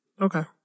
Okay